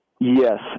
Yes